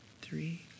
three